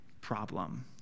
problem